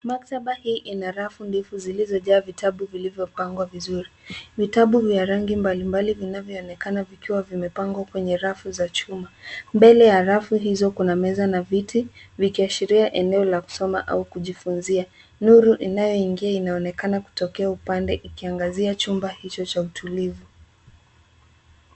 Maktaba hii ina rafu ndefu zilizojaa vitabu vilivyopangwa vizuri. Vitabu vya rangi mbalimbali vinavyoonekana vikiwa vimepangwa kwenye rafu za chuma. Mbele ya rafu hizo kuna meza na viti vikiashiria eneo la kusoma au kujifunzia. Nuru inayoingia inaonekana kutokea upande ikiangazia chumba hicho cha utulivu.